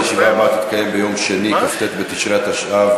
הישיבה הבאה תתקיים ביום שני, כ"ט בתשרי התשע"ה,